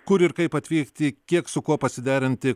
kur ir kaip atvykti kiek su kuo pasiderinti